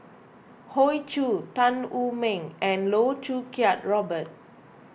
Hoey Choo Tan Wu Meng and Loh Choo Kiat Robert